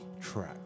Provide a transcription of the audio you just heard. track